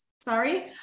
Sorry